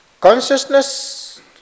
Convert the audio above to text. Consciousness